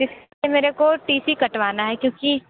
जिससे मेरे को टी सी कटवाना है क्योंकि